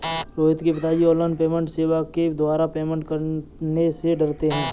रोहित के पिताजी online payment सेवा के द्वारा पेमेंट करने से डरते हैं